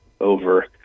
over